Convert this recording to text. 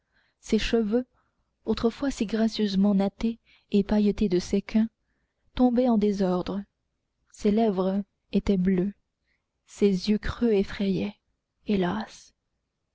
ses cheveux autrefois si gracieusement nattés et pailletés de sequins tombaient en désordre ses lèvres étaient bleues ses yeux creux